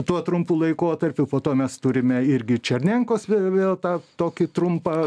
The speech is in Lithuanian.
tuo trumpu laikotarpiu po to mes turime irgi černenkos vė vėl tą tokį trumpą